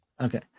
okay